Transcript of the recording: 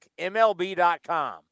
MLB.com